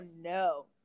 no